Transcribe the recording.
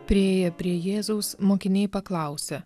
priėję prie jėzaus mokiniai paklausia